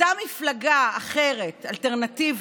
אותה מפלגה אחרת, אלטרנטיבית,